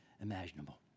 imaginable